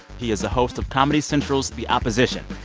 he is the host of comedy central's the opposition.